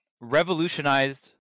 revolutionized